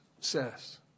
says